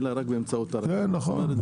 זה